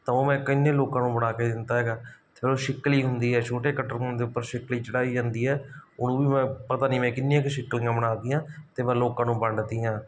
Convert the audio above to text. ਤਾਂ ਉਹ ਮੈਂ ਕਿੰਨੇ ਲੋਕਾਂ ਨੂੰ ਬਣਾ ਕੇ ਦਿੱਤਾ ਹੈਗਾ ਚਲੋ ਸ਼ਿੱਕਲੀ ਹੁੰਦੀ ਹੈ ਛੋਟੇ ਕੱਟਰੂੰਆਂ ਦੇ ਉੱਪਰ ਸ਼ਿੱਕਲੀ ਚੜ੍ਹਾਈ ਜਾਂਦੀ ਹੈ ਉਹਨੂੰ ਵੀ ਮੈਂ ਪਤਾ ਨਹੀਂ ਮੈਂ ਕਿੰਨੀਆਂ ਕੁ ਸ਼ਿੱਕਲੀਆਂ ਬਣਾ ਤੀਆਂ ਅਤੇ ਮੈਂ ਲੋਕਾਂ ਨੂੰ ਵੰਡਤੀਆ